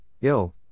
ill